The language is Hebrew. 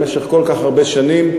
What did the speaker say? במשך כל כך הרבה שנים,